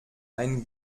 ein